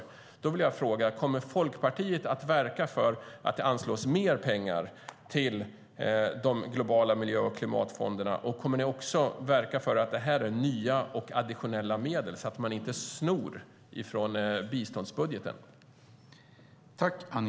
Därför vill jag fråga om Folkpartiet kommer att verka för att det anslås mer pengar till de globala miljö och klimatfonderna och om de kommer att verka för nya och additionella medel, så att man inte stjäl från biståndsbudgeten.